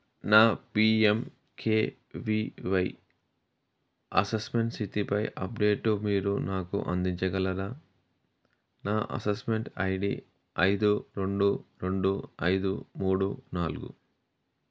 నా PMKVY assessment స్థితిపై update మీరు నాకు అందించగలరా నా అసెస్మెంట్ ఐడీ ఐదు రెండు రెండు ఐదు మూడు నాలుగు